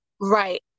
right